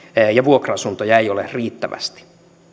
ja vuokra asuntoja ei ole riittävästi